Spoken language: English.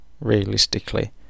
realistically